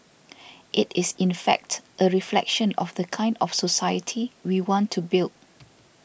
it is in fact a reflection of the kind of society we want to build